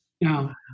Now